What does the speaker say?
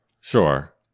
sure